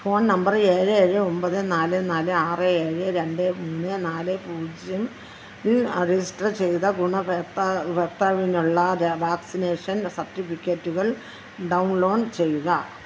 phone number ഏഴ് ഏഴ് ഒമ്പത് നാല് നാല് ആറ് ഏഴ് രണ്ട് മൂന്ന് നാല് പൂജ്യത്തിൽ രജിസ്റ്റർ ചെയ്ത ഗുണഭോക്താവിനുള്ള വാക്സിനേഷൻ സർട്ടിഫിക്കറ്റുകൾ ഡൗൺലോഡ് ചെയ്യുക